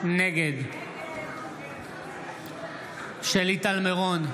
נגד שלי טל מירון,